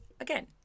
again